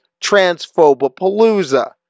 Transphobapalooza